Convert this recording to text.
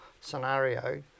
scenario